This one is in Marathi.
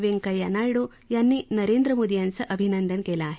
व्यंकैय्या नायडू यांनी नरेंद्र मोदी यांचं अभिनंदन केलं आहे